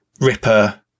ripper